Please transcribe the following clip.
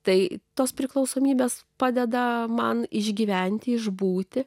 tai tos priklausomybės padeda man išgyventi išbūti